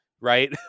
Right